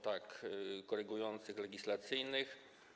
Tak. ...korygujących, legislacyjnych.